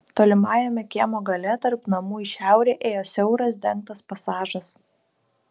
tolimajame kiemo gale tarp namų į šiaurę ėjo siauras dengtas pasažas